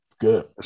Good